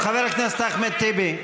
חבר הכנסת אחמד טיבי.